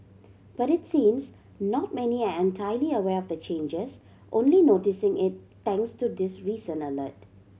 but it seems not many are entirely aware of the changes only noticing it thanks to this recent alert